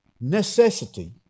necessity